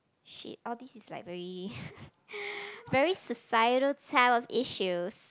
!shit! all these is like very very societal type issues